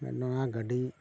ᱱᱚᱣᱟ ᱜᱟᱹᱰᱤ